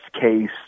case